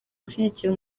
gushyigikira